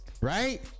right